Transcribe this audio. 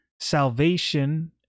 Salvation